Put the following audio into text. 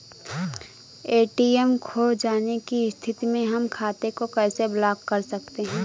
ATM खो जाने की स्थिति में हम खाते को कैसे ब्लॉक कर सकते हैं?